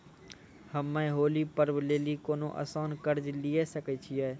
हम्मय होली पर्व लेली कोनो आसान कर्ज लिये सकय छियै?